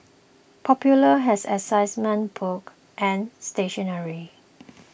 popular has assessment books and stationery